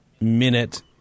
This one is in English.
Minute